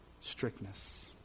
strictness